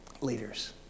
leaders